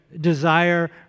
desire